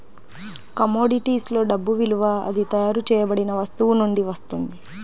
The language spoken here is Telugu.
కమోడిటీస్ లో డబ్బు విలువ అది తయారు చేయబడిన వస్తువు నుండి వస్తుంది